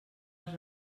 els